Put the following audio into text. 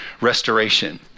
restoration